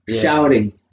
Shouting